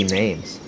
names